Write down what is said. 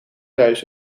thuis